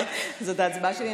זאת ההצבעה שלי.